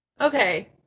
Okay